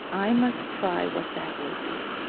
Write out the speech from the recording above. i must try what that will do.